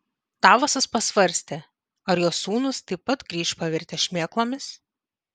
davosas pasvarstė ar jo sūnūs taip pat grįš pavirtę šmėklomis